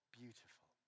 beautiful